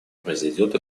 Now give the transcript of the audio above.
произойдет